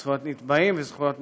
זכויות נתבעים וזכויות נחקרים,